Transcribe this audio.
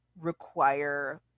require